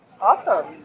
Awesome